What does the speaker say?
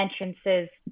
entrances